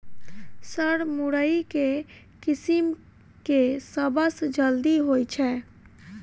Sir मुरई केँ किसिम केँ सबसँ जल्दी होइ छै?